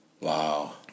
Wow